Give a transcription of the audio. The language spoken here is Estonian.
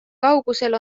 kaugusel